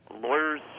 Lawyers